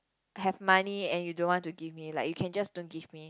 have money and you don't want to give me like you can just don't give me